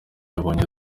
yabonye